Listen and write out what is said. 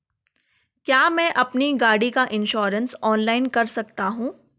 क्या मैं अपनी गाड़ी का इन्श्योरेंस ऑनलाइन कर सकता हूँ?